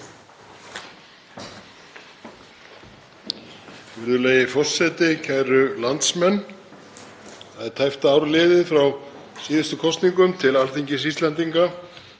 Virðulegi forseti. Kæru landsmenn. Það er tæpt ár liðið frá síðustu kosningum til Alþingis Íslendinga.